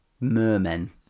mermen